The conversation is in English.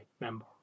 member